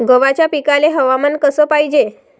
गव्हाच्या पिकाले हवामान कस पायजे?